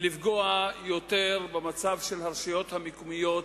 לפגוע יותר במצב של הרשויות המקומיות